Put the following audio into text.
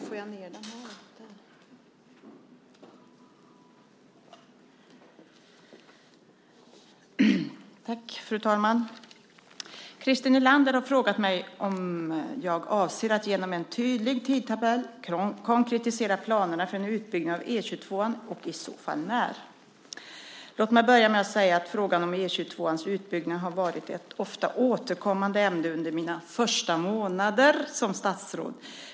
Fru talman! Christer Nylander har frågat mig om jag avser att genom en tydlig tidtabell konkretisera planerna för en utbyggnad av E 22 och i så fall när. Låt mig börja med att säga att frågan om E 22:s utbyggnad har varit ett ofta återkommande ämne under mina första månader som statsråd.